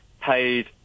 paid